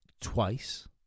twice